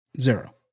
zero